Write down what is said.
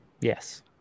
Yes